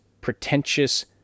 pretentious